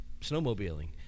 snowmobiling